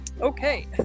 Okay